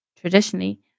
traditionally